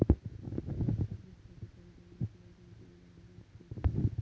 कॉलेजच्या अभ्यासासाठी तेंका तेंची गाडी विकूची लागली हुती